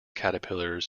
caterpillars